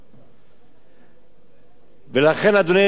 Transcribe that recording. ולכן, אדוני היושב-ראש,